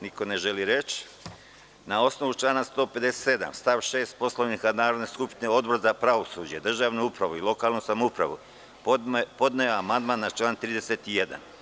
Na osnovu člana 157. stav 6. Poslovnika Narodne skupštine Odbor za pravosuđe, državnu upravu i lokalnu samoupravu podneo je amandman na član 31.